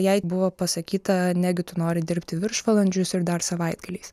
jai buvo pasakyta negi tu nori dirbti viršvalandžius ir dar savaitgaliais